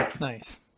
Nice